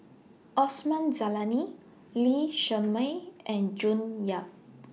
Osman Zailani Lee Shermay and June Yap